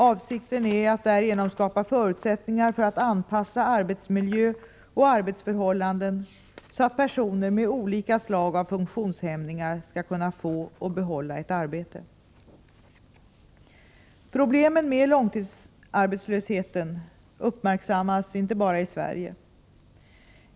Avsikten är att därigenom skapa förutsättningar för att anpassa arbetsmiljö och arbetsförhållanden så att personer med olika slag av funktionshämningar skall kunna få och behålla ett arbete. Problemen med långtidsarbetslösheten uppmärksammas inte bara i Sverige.